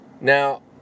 Now